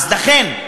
לכן,